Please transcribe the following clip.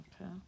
Okay